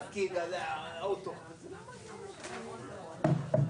מוסלמים שעונדים על כתפיהם דרגות קצונה,